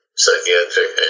psychiatric